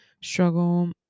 struggle